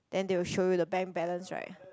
then they will show you the bank balance right